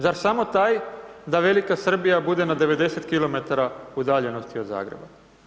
Zar samo taj da Velika Srbija bude na 90 km udaljenosti od Zagreba?